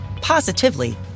positively